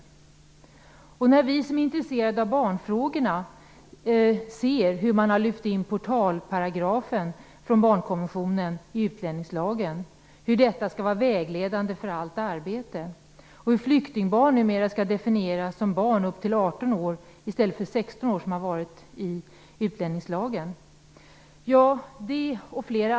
Vi som är intresserade av barnfrågorna noterar att portalparagrafen från barnkonventionen har lyfts in i utlänningslagen och att den skall vara vägledande för allt arbete. Flyktingar som är upp till 18 år skall numera definieras som barn, medan gränsen i utlänningslagen har varit 16 år.